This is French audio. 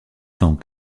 sans